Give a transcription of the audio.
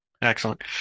Excellent